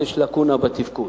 אז יש לקונה בתפקוד,